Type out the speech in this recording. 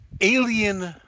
alien